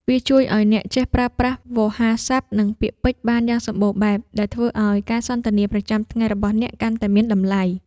វាជួយឱ្យអ្នកចេះប្រើប្រាស់វោហារស័ព្ទ និងពាក្យពេចន៍បានយ៉ាងសម្បូរបែប ដែលធ្វើឱ្យការសន្ទនាប្រចាំថ្ងៃរបស់អ្នកកាន់តែមានតម្លៃ។